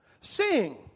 Sing